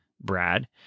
Brad